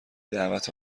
دعوت